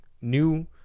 new